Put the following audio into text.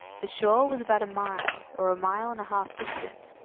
the shore was about a mile, or a mile and a half distant,